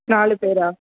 நாலு பேராக